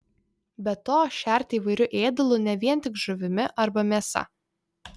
be to šerti įvairiu ėdalu ne vien tik žuvimi arba mėsa